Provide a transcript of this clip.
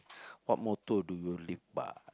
what motto do you live by